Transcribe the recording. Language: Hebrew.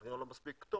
אבל כנראה לא מספיק טוב,